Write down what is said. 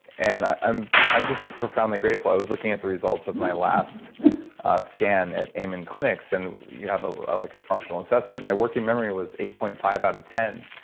and i'm just just profoundly grateful i was looking at the results of my last scan at amen clinics, and you have ah ah like a functional assessment. my working memory was eight point five out of ten.